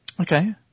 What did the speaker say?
Okay